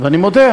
ואני מודה,